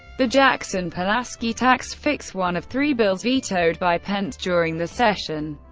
the jackson-pulaski tax fix, one of three bills vetoed by pence during the session,